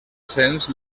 cens